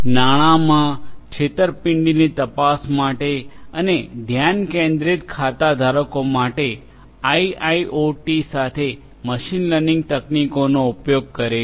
નાણાંમાં છેતરપિંડીની તપાસ માટે અને ધ્યાન કેન્દ્રિત ખાતા ધારકો માટે આઇઆઇઓટી સાથે મશીન લર્નિંગ તકનીકોનો ઉપયોગ કરે છે